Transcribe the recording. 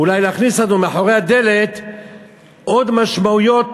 אולי להכניס לנו מאחורי הדלת עוד משמעויות